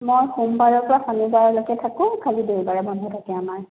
মই সোমবাৰৰ পৰা শনিবাৰলৈকে থাকোঁ খালি দেওবাৰে বন্ধ থাকে আমাৰ